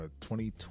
2020